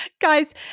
guys